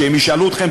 כשהם ישאלו אתכם,